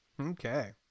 Okay